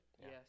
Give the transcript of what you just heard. yes